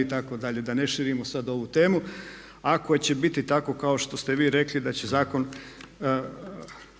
itd. da ne širimo sad ovu temu. Ako će biti tako kao što ste vi rekli da će zakon